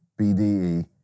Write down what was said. BDE